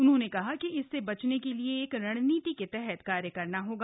उन्होंने कहा कि इससे बचने के लिए एक रणनीति के तहत कार्य करना होगा